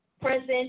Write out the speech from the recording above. Present